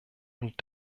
und